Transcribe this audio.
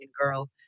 girl